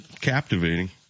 captivating